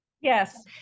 Yes